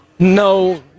No